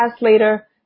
later